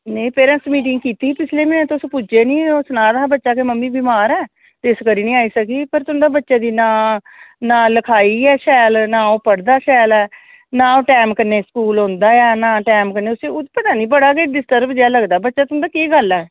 नेईं parents meeting कीती पिछले म्हीने तुस पुज्जे नेईं सना दा हा बच्चा कि मम्मी बिमार ऐ इस करी नेईं आई सकी पर तुंदा बच्चे दी नां लखाई ऐ शैल नां ओह् पढदा शैल ऐ ना ओह् टैम उप्पर स्कूल औंदा ऐ नां टेंम उप्पर कन्नै उसी पता नेईं बड़ा गै डिस्टर्ब जेहा लगदा बच्चा तुंदा केह् गल्ल ऐ